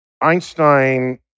Einstein